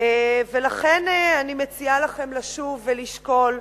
ולכן אני מציעה לכם לשוב ולשקול.